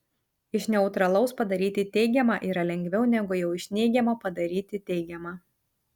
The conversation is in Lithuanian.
iš neutralaus padaryti teigiamą yra lengviau negu jau iš neigiamo padaryti teigiamą